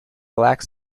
black